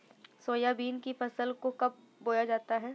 Soybean की फसल को कब बोया जाता है?